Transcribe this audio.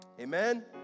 Amen